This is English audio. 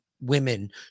women